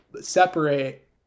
separate